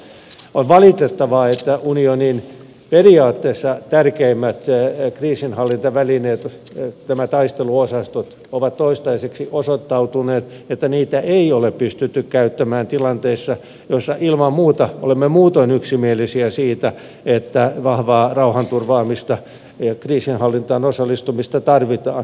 on valitettavaa että on osoittautunut että unionin periaatteessa tärkeimpiä kriisinhallintavälineitä näitä taisteluosastoja ei ole toistaiseksi pystytty käyttämään tilanteissa joissa ilman muuta olemme muutoin yksimielisiä siitä että vahvaa rauhanturvaamista ja kriisinhallintaan osallistumista tarvitaan